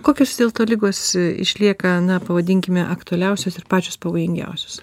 kokios vis dėlto ligos išlieka na pavadinkime aktualiausios ir pačios pavojingiausios